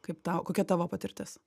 kaip tau kokia tavo patirtis